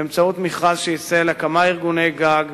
באמצעות מכרז שיצא לכמה ארגוני גג,